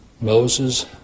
Moses